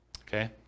Okay